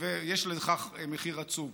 ויש לכך מחיר עצום.